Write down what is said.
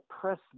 press